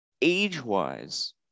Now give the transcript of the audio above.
age-wise